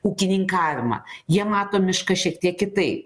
ūkininkavimą jie mato mišką šiek tiek kitaip